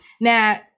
Now